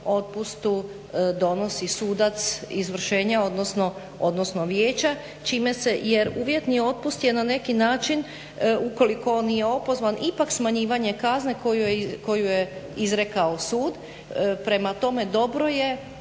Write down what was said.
donosi sudac izvršenja, odnosno vijeća. Jer uvjetni otpust je na neki način ukoliko on nije opozvan ipak smanjivanje kazne koju je izrekao sud. Prema tome, dobro je